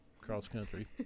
cross-country